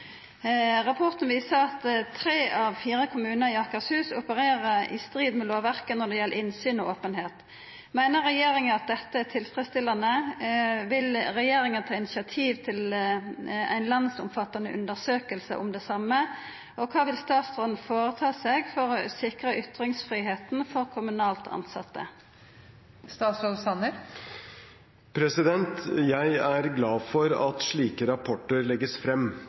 Rapporten viser at tre av fire kommuner i Akershus opererer i strid med lovverket når det gjelder innsyn og åpenhet. Mener regjeringen at dette er tilfredsstillende, vil regjeringen ta initiativ til en landsomfattende undersøkelse om det samme, og hva vil statsråden foreta seg for å sikre ytringsfriheten for kommunalt ansatte?» Jeg er glad for at slike rapporter legges frem.